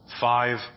Five